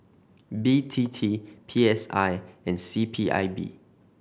B T T P S I and C P I B